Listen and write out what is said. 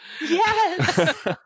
Yes